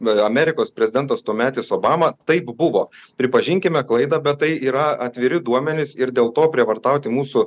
amerikos prezidentas tuometis obama taip buvo pripažinkime klaidą bet tai yra atviri duomenys ir dėl to prievartauti mūsų